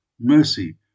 mercy